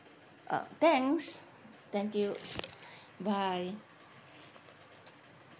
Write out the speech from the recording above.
uh thanks thank you bye